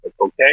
okay